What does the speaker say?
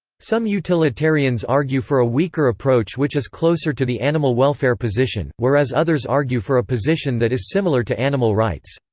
some utilitarians argue for a weaker approach which is closer to the animal welfare position, whereas others argue for a position that is similar to animal rights.